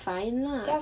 they're fine lah